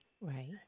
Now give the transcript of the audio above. Right